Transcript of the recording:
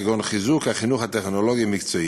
כגון חיזוק החינוך הטכנולוגי-מקצועי,